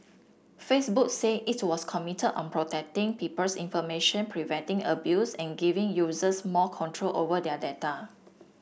Facebook say it was committed on protecting people's information preventing abuse and giving users more control over their data